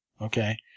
okay